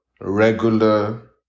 regular